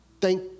thank